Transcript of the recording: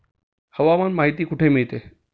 हवामान माहिती कुठे मिळते?